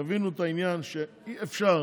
יבינו את העניין, שאי-אפשר